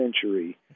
century